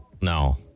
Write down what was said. No